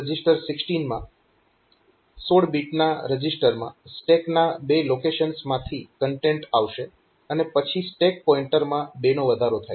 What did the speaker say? POP reg16 માં 16 બીટના રજીસ્ટરમાં સ્ટેકના બે લોકેશન્સમાંથી કન્ટેન્ટ આવશે અને પછી સ્ટેક પોઇન્ટરમાં 2 નો વધારો થાય છે